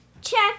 check